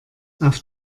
auf